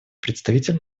представитель